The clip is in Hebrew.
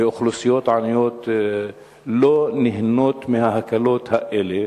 ואוכלוסיות עניות, לא נהנים מההקלות האלה,